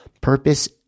Purpose